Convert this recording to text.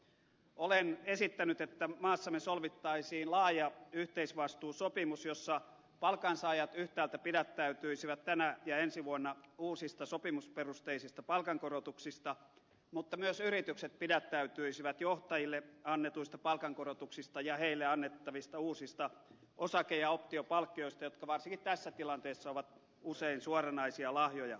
olen esittänyt että maassamme solmittaisiin laaja yhteisvastuusopimus jossa palkansaajat yhtäältä pidättäytyisivät tänä ja ensi vuonna uusista sopimusperusteisista palkankorotuksista mutta toisaalta myös yritykset pidättäytyisivät johtajille annetuista palkankorotuksista ja heille annettavista uusista osake ja optiopalkkioista jotka varsinkin tässä tilanteessa ovat usein suoranaisia lahjoja